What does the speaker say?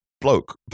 bloke